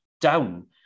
down